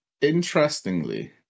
interestingly